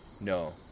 no